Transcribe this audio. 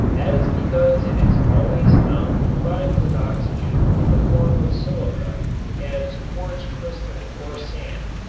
that is because it is always found combined with oxygen in the form of silica as quartz crystal or sand.